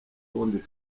kundi